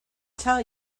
tell